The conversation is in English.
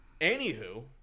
Anywho